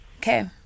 Okay